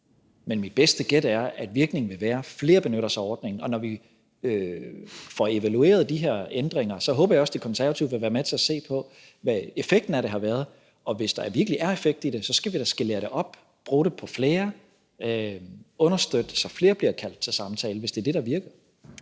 Men mit bedste gæt er, at virkningen vil være, at flere benytter sig af ordningen, og når vi får evalueret de her ændringer, håber jeg også, at De Konservative vil være med til at se på, hvad effekten af det har været, og hvis der virkelig er en effekt af det, skal vi da skalere det op, bruge det på flere, understøtte det, så flere bliver kaldt til samtale – hvis det er det, der virker.